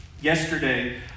Yesterday